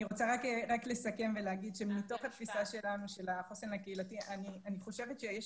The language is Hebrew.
אני רוצה רק לסכם שמתוך התפיסה שלנו של החוסן הקהילתי אני חושבת שיש